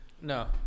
No